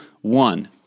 one